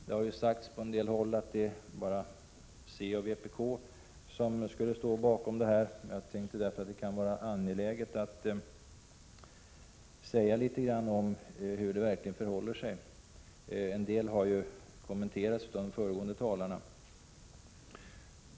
Det har ju sagts på en del håll att det bara är socialdemokraterna och vpk som står bakom det föreliggande förslaget. Det kan därför vara angeläget att säga något om hur det verkligen förhåller sig. En del saker har ju kommenterats av de föregående talarna.